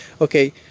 Okay